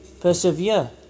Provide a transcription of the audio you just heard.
persevere